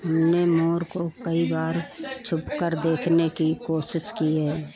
हमने मोर को कई बार छुप कर देखने की कोशिश की है